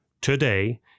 today